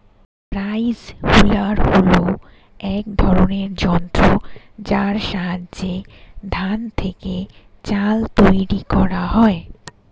rice huller হল এক ধরনের যন্ত্র যার সাহায্যে ধান থেকে চাল তৈরি করা হয়